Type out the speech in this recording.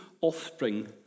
offspring